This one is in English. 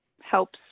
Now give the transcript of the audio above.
helps